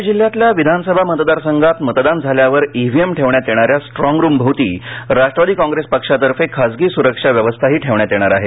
प्रणे जिल्ह्यातल्या विधानसभा मतदार संघात मतदान झाल्यावर इव्हीएम ठेवण्यात येणाऱ्या स्ट्रॉग रुम भोवती राष्ट्रवादी काँग्रेस पक्षातर्फे खासगी सुरक्षा व्यवस्थाही ठेवण्यात येणार आहे